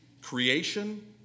Creation